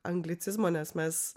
anglicizmo nes mes